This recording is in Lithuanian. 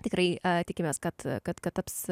tikrai tikimės kad kad kad taps